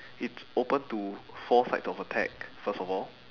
it's open to four sides of attack first of all